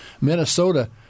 Minnesota